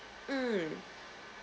mm